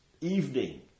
evening